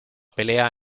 pelea